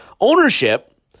Ownership